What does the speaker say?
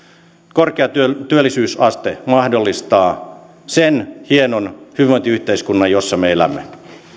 korkea työllisyysaste mahdollistaa sen hienon hyvinvointiyhteiskunnan jossa me elämme